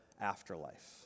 afterlife